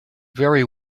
very